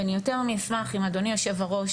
ואני יותר מאשמח אם אדוני יושב הראש,